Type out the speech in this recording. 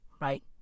right